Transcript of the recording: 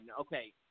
Okay